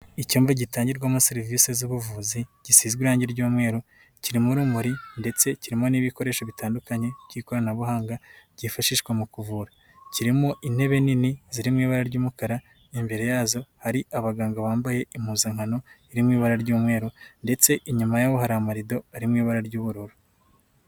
Icyumba gitangirwamo serivisi z'ubuvuzi gisizwe irangi ry'umweru kiririmo urumuri ndetse kirimo n'ibikoresho bitandukanye by'ikoranabuhanga byifashishwa mu kuvura, kirimo intebe nini ziririmo ibara ry'umukara, imbere yazo hari abaganga bambaye impuzankano irimo ibara ry'umweru ndetse inyuma yaho hari amarido ari mu ibara ry'ubururu.